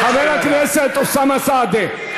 חבר הכנסת אוסאמה סעדי,